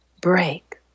break